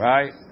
Right